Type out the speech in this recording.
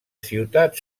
ciutat